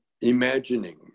imagining